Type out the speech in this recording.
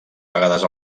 vegades